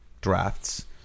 drafts